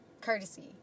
courtesy